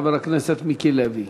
חבר הכנסת מיקי לוי.